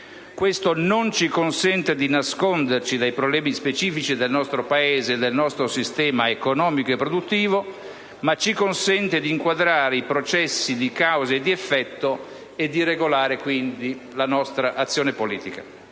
Questo non ci consente di nasconderci dai problemi specifici del nostro Paese e del nostro sistema economico e produttivo, ma ci permette di inquadrare i processi di causa ed effetto e di regolare, quindi, la nostra azione politica.